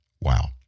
Wow